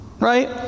right